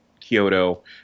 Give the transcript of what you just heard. Kyoto